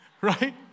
Right